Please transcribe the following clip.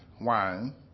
wine